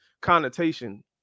connotation